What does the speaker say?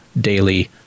daily